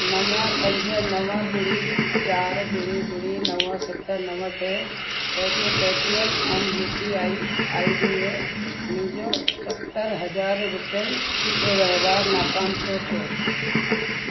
नव पंज नव ॿुड़ी चारि ॿुड़ी ॿुड़ी नव सत नव टे eight Paytm M U P I I D A मुंहिंजो सतरि हज़ार रुपियनि जो वहिंवारु नाकामु छो थियो